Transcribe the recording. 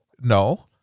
No